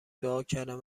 دعاکردن